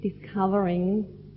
discovering